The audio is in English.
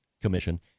Commission